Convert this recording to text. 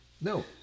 No